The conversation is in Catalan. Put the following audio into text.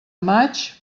maig